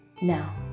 Now